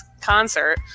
concert